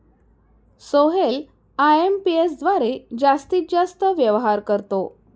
Sohail IMPS द्वारे जास्तीत जास्त व्यवहार करतो